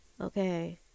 okay